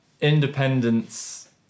Independence